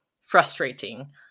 frustrating